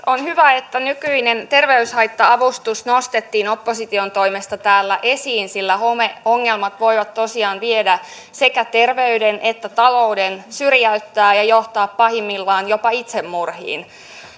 on hyvä että nykyinen terveyshaitta avustus nostettiin opposition toimesta täällä esiin sillä homeongelmat voivat tosiaan viedä sekä terveyden että talouden syrjäyttää ja johtaa pahimmillaan jopa itsemurhiin